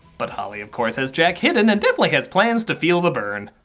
but holli, of course, has jack hidden and definitely has plans to feel the byrne,